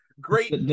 great